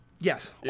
Yes